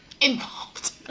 Involved